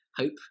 hope